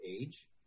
age